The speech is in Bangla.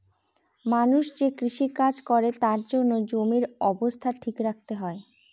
মানুষ যে কৃষি কাজ করে তার জন্য জমির অবস্থা ঠিক রাখতে হয়